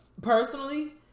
Personally